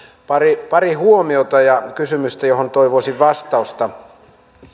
pari pari huomiota ja kysymystä joihin toivoisin vastausta